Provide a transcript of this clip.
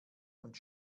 und